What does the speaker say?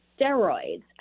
steroids